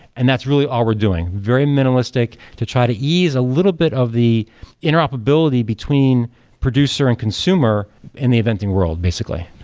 and that's really all we're doing. very minimalistic to try to ease a little bit of the interoperability between producer and consumer in the eventing world basically,